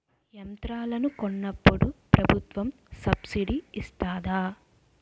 యంత్రాలను కొన్నప్పుడు ప్రభుత్వం సబ్ స్సిడీ ఇస్తాధా?